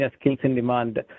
skills-in-demand